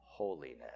Holiness